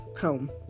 home